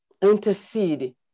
intercede